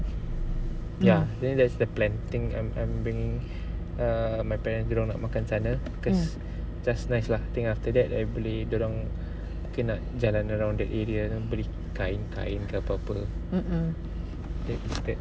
mm mm